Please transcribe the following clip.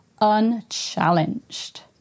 unchallenged